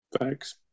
Thanks